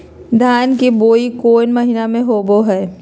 धान की बोई कौन महीना में होबो हाय?